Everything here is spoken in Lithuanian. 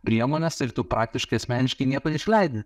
priemones ir tu praktiškai asmeniškai nieko neišleidi